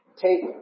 take